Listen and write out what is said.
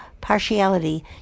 partiality